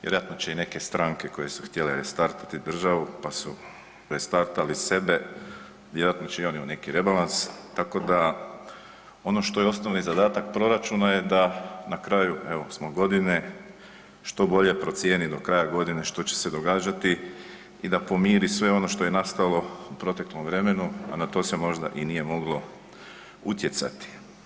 Vjerojatno će i neke stranke koje su htjele restartati državu pa su restartali sebe, vjerojatno će i oni u neki rebalans, tako da, ono što je osnovni zadatak proračuna je da na kraju evo smo godine, što bolje procijeniti do kraja godine što će se događati i da pomiri sve ono što je nastalo u proteklom vremenu, a na to se možda i nije moglo utjecati.